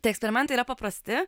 tie eksperimentai yra paprasti